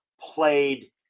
played